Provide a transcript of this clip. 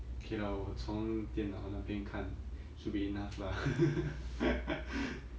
okay lah 我从电脑那边看 should be enough lah